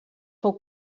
fou